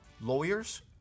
lawyers